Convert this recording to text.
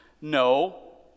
No